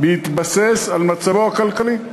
בהתבסס על מצבו הכלכלי,